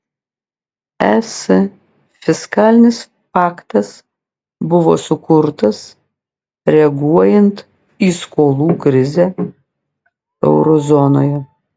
es fiskalinis paktas buvo sukurtas reaguojant į skolų krizę euro zonoje